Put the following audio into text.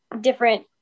different